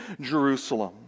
jerusalem